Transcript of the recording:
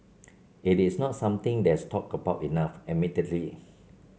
it is not something that's talked about enough admittedly